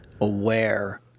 aware